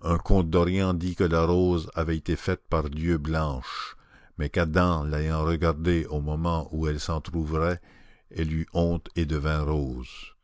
un conte d'orient dit que la rose avait été faite par dieu blanche mais qu'adam l'ayant regardée au moment où elle s'entrouvrait elle eut honte et devint rose